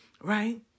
right